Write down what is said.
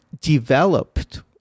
developed